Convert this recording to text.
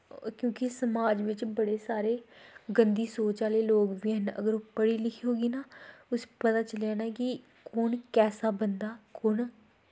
क्योंकि समाज बिच्च बड़े सारे गंदी सोच आह्ले लोग बी हैन अगर ओह् पढ़ी लिखी होगी ना उस्सी पता चली जाना कि कु'न कैसा बंदा कु'न